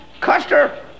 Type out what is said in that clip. Custer